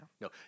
No